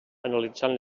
analitzant